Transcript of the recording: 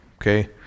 okay